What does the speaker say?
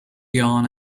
yarn